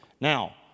Now